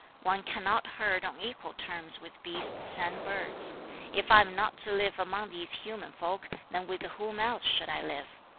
one cannot herd on equal terms with beasts and birds if i am not to live among these human folk, then with whom else should i live?